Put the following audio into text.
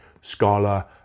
scholar